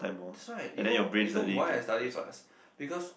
that's why you know you know why I study first because